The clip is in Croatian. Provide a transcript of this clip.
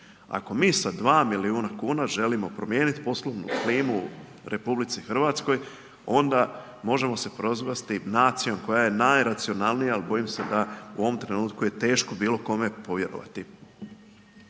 Ako mi sa 2 milijuna kuna želimo promijeniti poslovnu klimu u RH onda možemo se prozvati nacijom koja je najracionalnija ali bojim se da u ovom trenutku je teško bilo kome povjerovati.